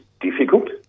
difficult